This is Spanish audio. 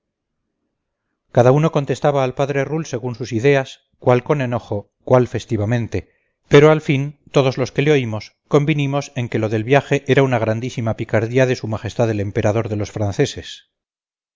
cada uno contestaba al padre rull según sus ideas cuál con enojo cuál festivamente pero al fin todos los que le oímos convinimos en que lo del viaje era una grandísima picardía de s m el emperador de los franceses